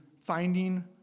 finding